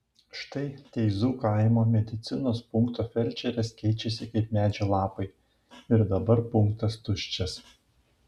štai teizų kaimo medicinos punkto felčerės keičiasi kaip medžio lapai ir dabar punktas tuščias